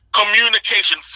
communication